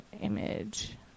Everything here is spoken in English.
Image